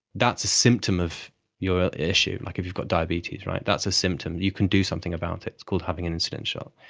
that's a symptom of your issue, like if you've got diabetes, that's that's a symptom, you can do something about it, it's called having an insulin shot.